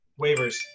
Waivers